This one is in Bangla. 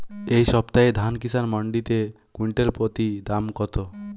এই সপ্তাহে ধান কিষান মন্ডিতে কুইন্টাল প্রতি দাম কত?